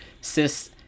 cis